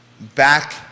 back